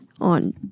on